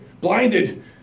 blinded